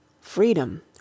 Freedom